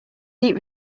heat